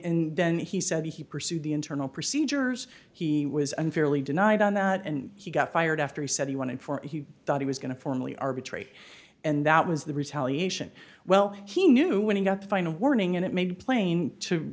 and then he said he pursued the internal procedures he was unfairly denied on that and he got fired after he said he wanted for he thought he was going to formally arbitrate and that was the retaliation well he knew when he got fined a warning and it made plain to